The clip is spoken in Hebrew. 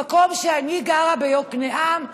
במקום שבו אני גרה, ביקנעם,